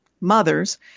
mothers